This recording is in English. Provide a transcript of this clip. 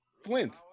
Flint